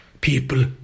people